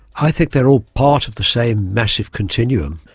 i think they are all part of the same massive continuum,